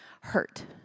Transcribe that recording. hurt